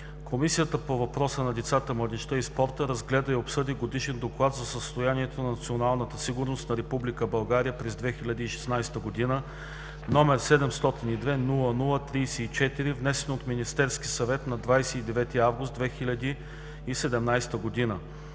Комисията по въпросите на децата, младежта и спорта разгледа и обсъди „Годишен доклад за състоянието на националната сигурност на Република България през 2016 г.“, № 702-00-34, внесен от Министерския съвет на 29 август 2017 г.